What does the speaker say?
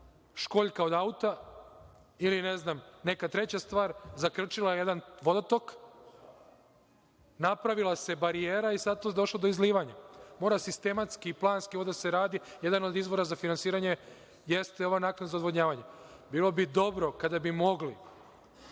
školjka od auta ili ne znam, neka treća stvar zakrčila jedan vodotok, napravila se barijera i sada je tu došlo do izlivanja. Mora sistematski i planski ovo da se radi, jedan od izbora za finansiranje, jeste ova naknada za odvodnjavanje. Bilo bi dobro kada bi mogli